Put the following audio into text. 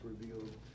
revealed